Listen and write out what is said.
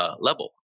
level